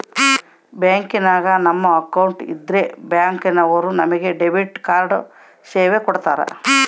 ಬ್ಯಾಂಕಿನಾಗ ನಮ್ಮ ಅಕೌಂಟ್ ಇದ್ರೆ ಬ್ಯಾಂಕ್ ನವರು ನಮಗೆ ಡೆಬಿಟ್ ಕಾರ್ಡ್ ಸೇವೆ ಕೊಡ್ತರ